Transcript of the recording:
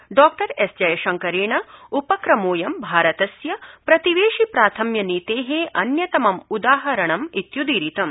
डॉ जयशंकरेण उपक्रमोयम् भारतस्य प्रतिवेशि प्राथम्य नीते अन्यतमम् उदाहरणम् इत्य्दीरितम्